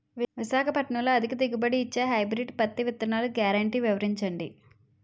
విశాఖపట్నంలో అధిక దిగుబడి ఇచ్చే హైబ్రిడ్ పత్తి విత్తనాలు గ్యారంటీ వివరించండి?